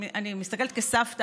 אני מסתכלת כסבתא.